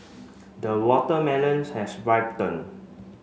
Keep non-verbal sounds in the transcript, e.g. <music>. the watermelons has <unintelligible>